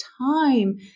time